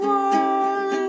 one